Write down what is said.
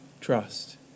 trust